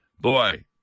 Boy